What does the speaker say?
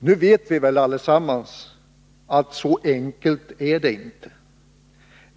Nu vet vi väl allesammans att så enkelt är det inte.